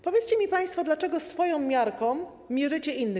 Powiedzcie mi państwo, dlaczego swoją miarką mierzycie innych?